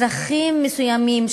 צרכים מסוימים,